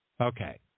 Okay